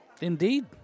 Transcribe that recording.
Indeed